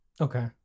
Okay